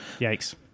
Yikes